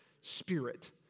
spirit